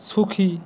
সুখী